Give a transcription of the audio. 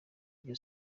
ibyo